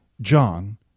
John